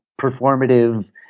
performative